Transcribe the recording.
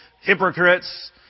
hypocrites